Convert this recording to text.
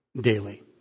daily